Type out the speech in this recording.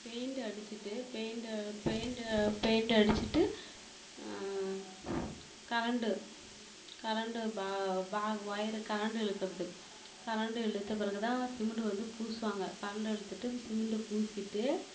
paint அடிச்சிவிட்டு பெயிண்டை பெயிண்டை பெயிண்டைஅடிச்சிவிட்டு கரண்டு கரண்டு பா பா ஒயரு கரண்டு இழுக்கறது கரண்டு இழுத்த பிறகு தான் சிமிண்டு வந்து பூசுவாங்க கரண்டு இழுத்துட்டு சிமிண்டு பூசிவிட்டு